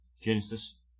Genesis